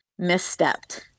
misstepped